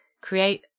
create